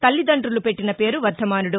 తల్లి దండులు పెట్టిన పేరు వర్దమానుడు